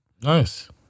Nice